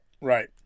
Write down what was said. Right